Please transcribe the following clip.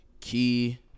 Key